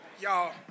Y'all